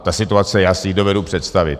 Tu situaci si dovedu představit.